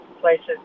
places